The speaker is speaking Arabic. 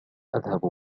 أذهب